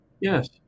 Yes